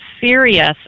serious